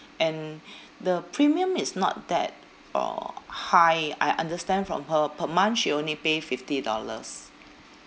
and the premium is not that uh high I understand from her per month she only pay fifty dollars